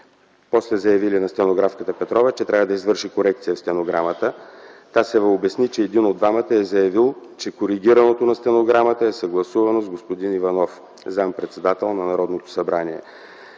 После заявили на стенографката Петрова, че трябва да извърши корекция в стенограмата. Тасева обясни, че единият от двамата е заявил, че коригирането на стенограмата е съгласувано с господин Лъчезар Иванов, заместник-председател на Народното събрание.